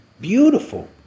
Beautiful